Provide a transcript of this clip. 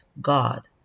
God